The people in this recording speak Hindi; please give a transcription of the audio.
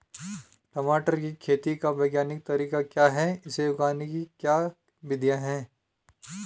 टमाटर की खेती का वैज्ञानिक तरीका क्या है इसे उगाने की क्या विधियाँ हैं?